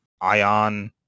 Ion